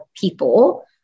people